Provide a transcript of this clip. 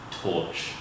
torch